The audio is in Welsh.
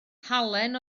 halen